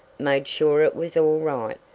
made sure it was all right,